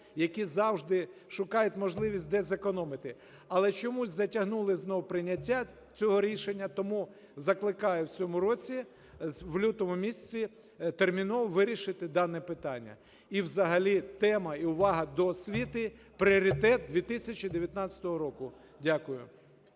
які завжди шукають можливість десь зекономити. Але чомусь затягнули знов прийняття цього рішення. Тому закликаю в цьому році в лютому місяці терміново вирішити дане питання. І взагалі тема і увага до освіти – пріоритет 2019 року. Дякую.